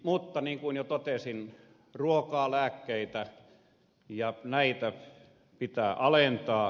mutta niin kuin jo totesin ruokaa lääkkeitä ja näitä pitää alentaa